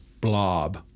blob